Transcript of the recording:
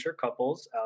couples